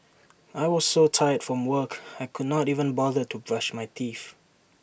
I was so tired from work I could not even bother to brush my teeth